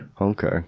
okay